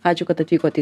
ačiū kad atvykote į